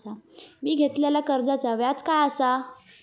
मी घेतलाल्या कर्जाचा व्याज काय आसा?